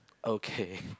okay